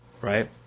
right